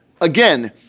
again